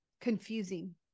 confusing